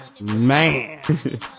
man